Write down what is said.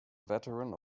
veteran